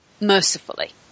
mercifully